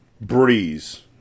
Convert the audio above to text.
Breeze